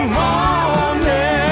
morning